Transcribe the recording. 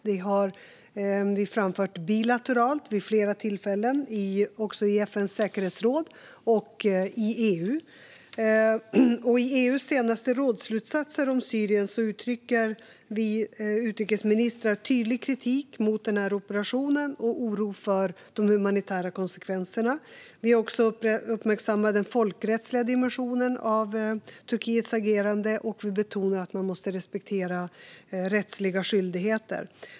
Detta har vi framfört bilateralt vid flera tillfällen, också i FN:s säkerhetsråd och i EU. I EU:s senaste rådsslutsatser om Syrien uttrycker vi utrikesministrar en tydlig kritik mot operationen och oro för de humanitära konsekvenserna. Vi uppmärksammar också den folkrättsliga dimensionen av Turkiets agerande, och vi betonar att rättsliga skyldigheter måste respekteras.